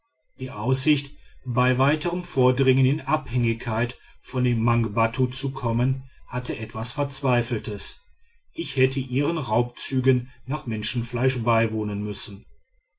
die aussicht beim weitern vordringen in abhängigkeit von den mangbattu zu kommen hatte etwas verzweifeltes ich hätte ihren raubzügen nach menschenfleisch beiwohnen müssen